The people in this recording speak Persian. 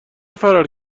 فرار